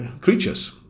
creatures